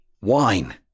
wine